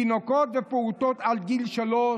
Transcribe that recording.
תינוקות ופעוטות עד גיל שלוש